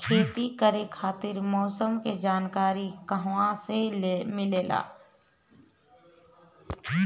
खेती करे खातिर मौसम के जानकारी कहाँसे मिलेला?